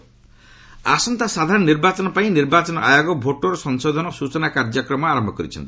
EC voter ଆସନ୍ତା ସାଧାରଣ ନିର୍ବାଚନ ପାଇଁ ନିର୍ବାଚନ ଆୟୋଗ ଭୋଟର ସଂଶୋଧନ ଓ ସୂଚନା କାର୍ଯ୍ୟକ୍ରମ ଆରମ୍ଭ କରିଛନ୍ତି